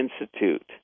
Institute